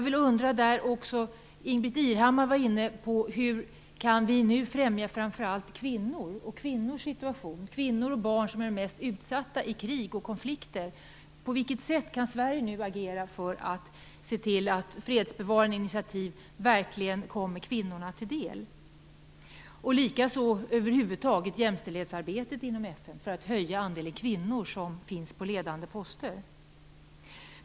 Ingbritt Irhammar var inne på hur vi nu skall kunna främja framför allt kvinnorna och kvinnornas situation. Kvinnor och barn är de mest utsatta i krig och konflikter. På vilket sätt kan Sverige nu agera för att se till att fredsbevarande initiativ verkligen kommer kvinnorna till del? Det gäller även jämställdhetsarbetet inom FN och hur man skall öka andelen kvinnor på ledande poster.